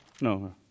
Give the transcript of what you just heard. No